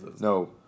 No